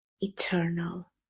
Eternal